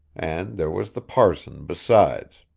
and there was the parson besides.